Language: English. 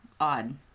odd